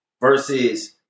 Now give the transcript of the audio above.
Versus